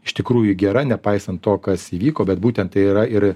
iš tikrųjų gera nepaisant to kas įvyko bet būtent tai yra ir